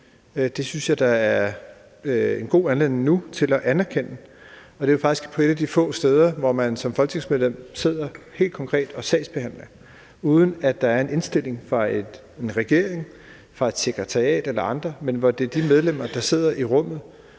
Det synes jeg der nu er en god anledning til at anerkende. Det er jo faktisk et af de få steder, hvor man som folketingsmedlem helt konkret sidder og sagsbehandler, uden at der er en indstilling fra en regering, fra et sekretariat eller andre, men hvor det er de medlemmer, der sidder i rummet,